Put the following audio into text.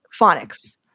phonics